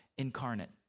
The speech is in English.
incarnate